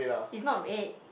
it's not red